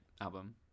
album